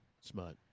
smart